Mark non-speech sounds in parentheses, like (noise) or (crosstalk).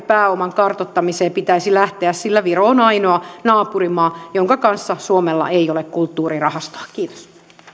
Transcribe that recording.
(unintelligible) pääoman kartoittamiseen pitäisi lähteä sillä viro on ainoa naapurimaa jonka kanssa suomella ei ole kulttuurirahastoa kiitos